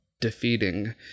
defeating